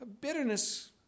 Bitterness